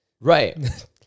right